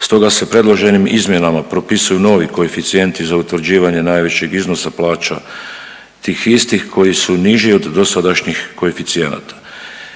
Stoga se predloženim izmjenama propisuju novi koeficijenti za utvrđivanje najvišeg iznosa plaća tih istih koji su niži od sadašnjih koeficijenata.